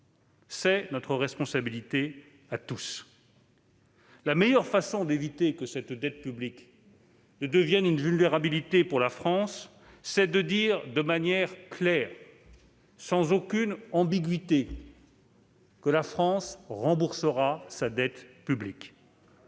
C'est notre responsabilité à tous. La meilleure façon d'éviter que cette dette publique ne devienne une vulnérabilité pour la France, c'est de dire, de manière claire, sans aucune ambiguïté, que la France remboursera sa dette publique.